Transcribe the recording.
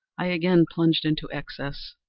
i again plunged into excess,